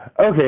Okay